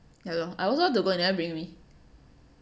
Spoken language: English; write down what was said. ya lor I also want to go you never bring me